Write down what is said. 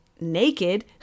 naked